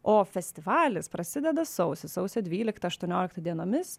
o festivalis prasideda sausį sausio dvyliktą aštuonioliktą dienomis